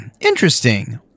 Interesting